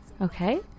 Okay